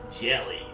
Jelly